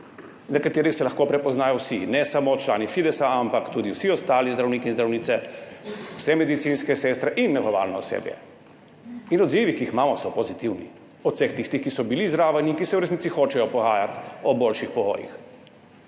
na katerih se lahko prepoznajo vsi, ne samo člani Fidesa, ampak tudi vsi ostali zdravniki in zdravnice, vse medicinske sestre in negovalno osebje. In odzivi, ki jih imamo, so pozitivni, od vseh tistih, ki so bili zraven in ki se v resnici hočejo pogajati o boljših pogojih.